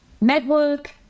Network